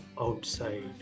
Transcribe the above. outside